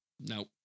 no